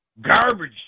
garbage